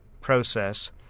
process